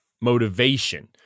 motivation